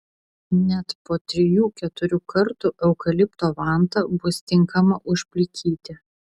net po trijų keturių kartų eukalipto vanta bus tinkama užplikyti